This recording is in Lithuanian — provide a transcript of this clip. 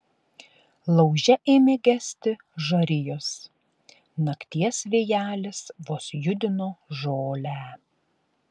lauže ėmė gesti žarijos nakties vėjelis vos judino žolę